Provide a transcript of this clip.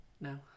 No